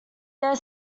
their